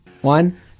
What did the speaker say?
One